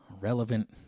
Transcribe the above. Relevant